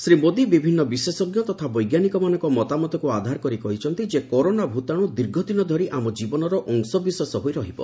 ଶ୍ରୀ ମୋଦୀ ବିଭିନ୍ନ ବିଶେଷଜ୍ଞ ତଥା ବୈଜ୍ଞାନିକମାନଙ୍କ ମତାମତକୁ ଆଧାର କରି କହିଛନ୍ତି ଯେ କରୋନା ଭୂତାଣୁ ଦୀର୍ଘ ଦିନ ଧରି ଆମ ଜୀବନର ଅଂଶବିଶେଷ ହୋଇ ରହିବ